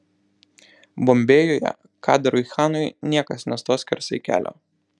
bombėjuje kadarui chanui niekas nestos skersai kelio